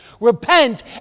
Repent